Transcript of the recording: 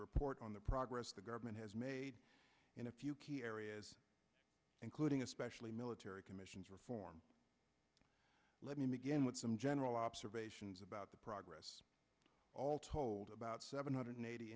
report on the progress the government has made in a few areas including especially military commissions reform let me begin with some general observations about the progress all told about seven hundred